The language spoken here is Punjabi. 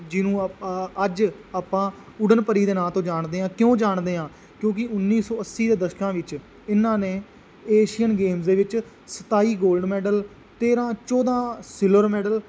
ਜਿਹਨੂੰ ਆਪਾਂ ਅੱਜ ਆਪਾਂ ਉੱਡਣ ਪਰੀ ਦੇ ਨਾਂ ਤੋਂ ਜਾਣਦੇ ਹਾਂ ਕਿਉਂ ਜਾਣਦੇ ਹਾਂ ਕਿਉਂਕਿ ਉੱਨੀ ਸੌ ਅੱਸੀ ਦੇ ਦਰਸ਼ਕਾਂ ਵਿੱਚ ਇਹਨਾਂ ਨੇ ਏਸ਼ੀਅਨ ਗੇਮ ਦੇ ਵਿੱਚ ਸਤਾਈ ਗੋਲਡ ਮੈਡਲ ਤੇਰ੍ਹਾਂ ਚੌਦਾਂ ਸਿਲਵਰ ਮੈਡਲ